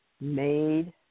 made